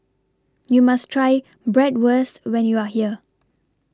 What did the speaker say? YOU must Try Bratwurst when YOU Are here